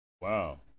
Wow